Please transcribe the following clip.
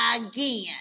again